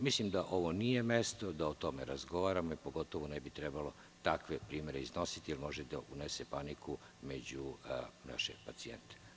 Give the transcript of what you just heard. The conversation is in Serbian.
Mislim da ovo nije mesto da o tome razgovaramo, pogotovo ne bi trebalo takve primere iznositi jer može da unese paniku među naše pacijente.